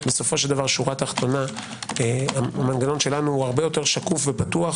בסופו של דבר שורה תחתונה המנגנון שלנו הרבה יותר שקוף ופתוח